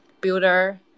builder